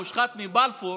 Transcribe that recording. המושחת מבלפור,